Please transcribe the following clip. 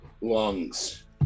lungs